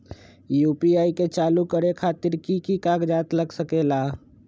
UPI के चालु करे खातीर कि की कागज़ात लग सकेला?